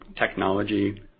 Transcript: technology